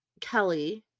Kelly